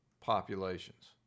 populations